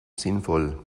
sinnvoll